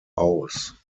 aus